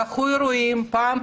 דחו אירועים פעם,